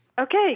Okay